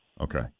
Okay